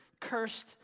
cursed